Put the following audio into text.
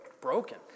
broken